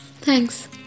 Thanks